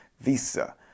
Visa